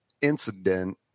incident